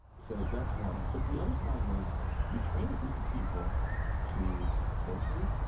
so that's one but the other problem is you train a group of people to torture,